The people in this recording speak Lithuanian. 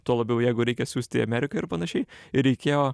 tuo labiau jeigu reikia siųsti į ameriką ir panašiai ir reikėjo